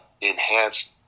enhanced